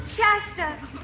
Shasta